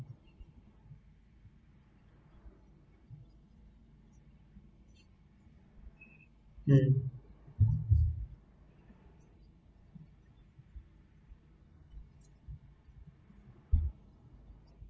um